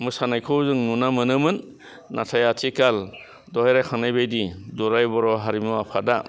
मोसानायखौ जों नुना मोनोमोन नाथाय आथिखाल दहाय रायखांनाय बायदि दुलाराय बर' हारिमु आफादा